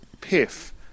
Piff